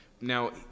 Now